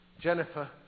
Jennifer